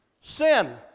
Sin